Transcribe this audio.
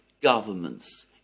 governments